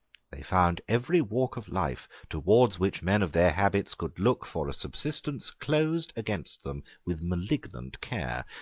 they found every walk of life towards which men of their habits could look for a subsistence closed against them with malignant care,